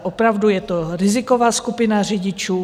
Opravdu je to riziková skupina řidičů.